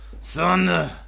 Son